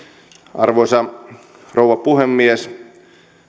arvoisa rouva puhemies